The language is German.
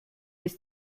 ist